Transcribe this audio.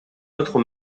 autre